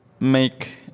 make